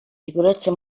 sicurezza